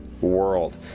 world